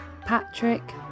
Patrick